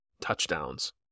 touchdowns